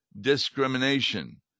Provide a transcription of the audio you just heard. discrimination